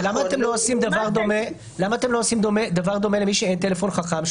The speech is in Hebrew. ולמה אתם לא עושים דבר דומה למי שאין טלפון חכם?